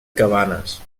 cabanes